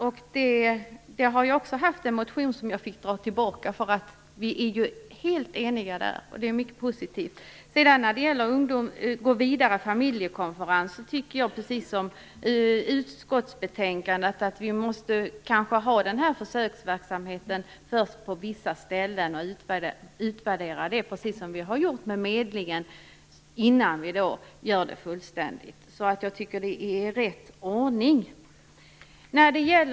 Där har jag också haft en motion, som jag har fått dra tillbaka - vi är helt eniga på den punkten, och det är mycket positivt. När det gäller familjekonferenser för att gå vidare tycker jag, precis som sägs i utskottsbetänkandet, att vi kanske först måste ha den här försöksverksamheten på vissa ställen och utvärdera den, precis som vi har gjort med medlingen, innan vi genomför det fullständigt. Det tycker jag är rätt ordning.